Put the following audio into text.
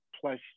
plus